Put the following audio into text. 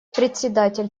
председатель